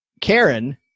Karen